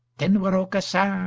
then were aucassin,